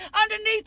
underneath